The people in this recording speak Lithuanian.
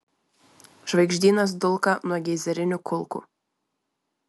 žvaigždynas dulka nuo geizerinių kulkų